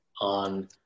on